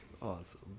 Awesome